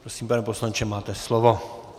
Prosím, pane poslanče, máte slovo.